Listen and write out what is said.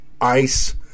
ICE